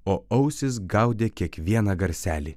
o ausys gaudė kiekvieną garselį